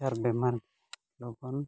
ᱟᱡᱟᱨᱼᱵᱤᱢᱟᱨ ᱞᱚᱜᱚᱱ